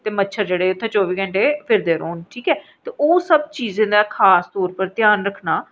ते मच्छर जेह्ड़े चौह्बी घैण्टे फिरदे रौह्न ठीक ऐ तेओह् सब चीज़ें दा खास तौर पर घ्यान रक्खना